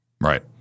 Right